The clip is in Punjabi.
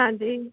ਹਾਂਜੀ